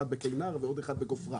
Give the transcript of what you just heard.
אחד בכינר ועוד אחד בגופרה.